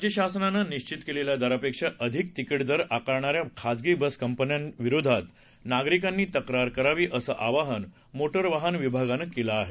राज्य शासनानं निश्चित केलेल्या दरापेक्षा अधिक तिकीटदर आकारणाऱ्या खाजगी बस कंपन्यानं विरोधात नागरिकांनी तक्रार करावी असं आवाहन मोटार वाहन विभागानं केला आहे